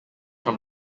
from